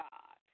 God